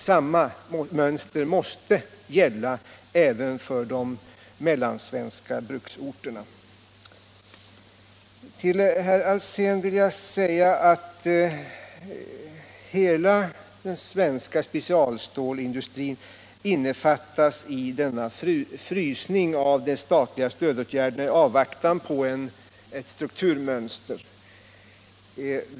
Samma mönster måste gälla även för de mellansvenska bruksorterna. Till herr Alsén vill jag säga att hela den svenska specialstålindustrin innefattas i frysningen av de statliga stödåtgärderna i avvaktan på ett strukturmönster.